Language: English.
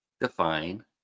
define